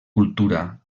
cultura